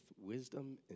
wisdom